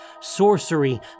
Sorcery